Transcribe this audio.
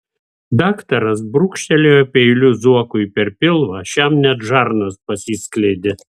daktaras brūkštelėjo peiliu zuokui per pilvą šiam net žarnos pasiskleidė